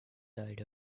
died